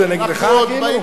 זה נגדך כאילו?